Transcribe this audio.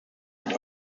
end